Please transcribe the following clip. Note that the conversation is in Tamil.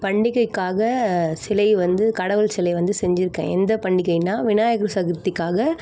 பண்டிகைக்காக சிலை வந்து கடவுள் சிலை வந்து செஞ்சுருக்கேன் எந்த பண்டிகைன்னால் விநாயகர் சதுர்த்திக்காக